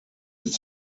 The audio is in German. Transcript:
ist